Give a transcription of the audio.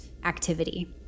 activity